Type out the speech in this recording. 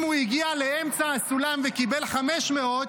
אם הוא הגיע לאמצע הסולם וקיבל 500,